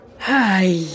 Hi